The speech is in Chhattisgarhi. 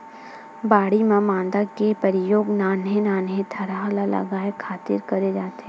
बाड़ी म मांदा के परियोग नान्हे नान्हे थरहा ल लगाय खातिर करे जाथे